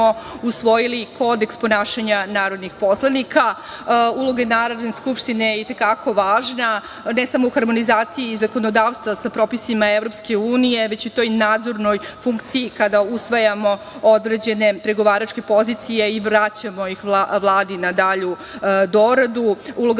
usvojili Kodeks ponašanja narodnih poslanika. Uloga Narodne skupštine je i te kako važna ne samo u harmonizaciji zakonodavstva sa propisima EU, već i u toj nadzornoj funkciji kada usvajamo određene pregovaračke pozicije i vraćamo ih Vladi na dalju doradu. Uloga